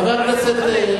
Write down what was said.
חבר הכנסת,